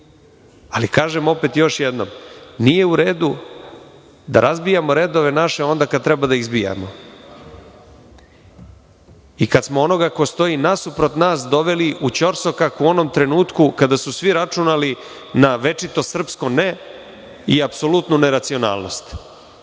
ali kažem opet, još jednom, nije u redu da razbijamo naše redove onda kada treba da izbijamo i kada smo onoga ko stoji nasuprot nas doveli u ćorsokak u onom trenutku kada su svi računali na večito srpsko „ne“ i apsolutnu neracionalnost.